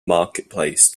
marketplace